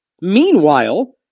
Meanwhile